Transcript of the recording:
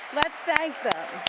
let's thank them.